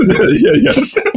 yes